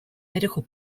medical